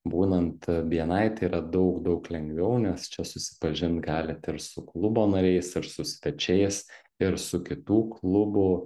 būnant bni tai yra daug daug lengviau nes čia susipažint galit ir su klubo nariais ir su svečiais ir su kitų klubų